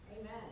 Amen